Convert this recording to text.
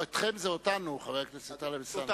אתכם זה אותנו, חבר הכנסת טלב אלסאנע.